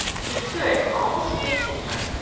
he stood, almost facing her,